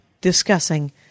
discussing